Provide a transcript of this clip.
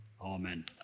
Amen